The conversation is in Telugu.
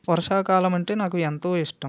వర్షాకాలం అంటే నాకు ఎంతో ఇష్టం